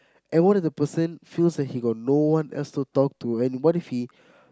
and what if the person feels that he got no one else to talk to and what if he